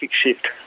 shift